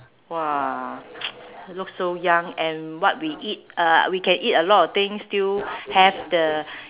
!wah! look so young and what we eat uh we can eat a lot of things and still have the